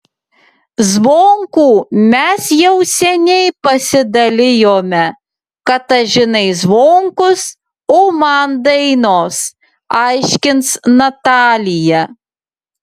zvonkų mes jau seniai pasidalijome katažinai zvonkus o man dainos aiškins natalija